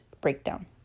breakdown